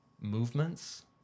movements